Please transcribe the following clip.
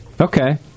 Okay